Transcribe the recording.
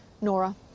Nora